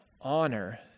honor